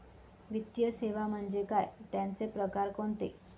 वित्तीय सेवा म्हणजे काय? त्यांचे प्रकार कोणते?